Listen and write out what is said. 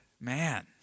man